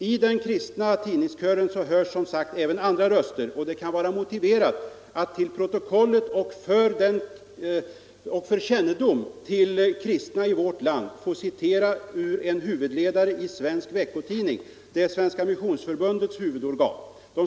I den kristna tidningskören hörs som sagt även andra röster, och det kan vara motiverat att till protokollet och för kännedom till kristna i vårt land få citera ur en huvudledare i Svensk Veckotidning, Svenska Missionsförbundets huvudorgan.